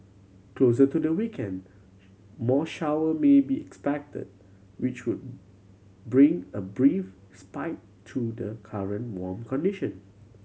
closer to the weekend more shower may be expected which would bring a brief spite to the current warm condition